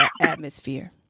atmosphere